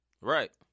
Right